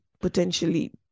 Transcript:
potentially